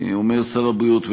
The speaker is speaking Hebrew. אומר שר הבריאות,